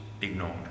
ignored